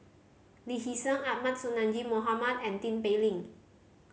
Lee Hee Seng Ahmad Sonhadji Mohamad and Tin Pei Ling